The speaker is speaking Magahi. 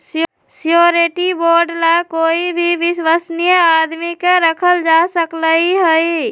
श्योरटी बोंड ला कोई भी विश्वस्नीय आदमी के रखल जा सकलई ह